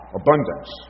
abundance